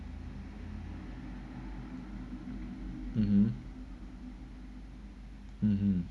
mmhmm mmhmm